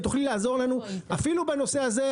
אם תוכלי לעזור לנו אפילו בנושא הזה,